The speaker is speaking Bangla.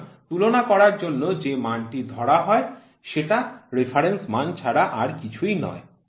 সুতরাং তুলনা করার জন্য যে মানটি ধরা হয় সেটা রেফারেন্স মান ছাড়া আর কিছুই নয়